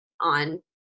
on